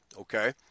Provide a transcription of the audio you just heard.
okay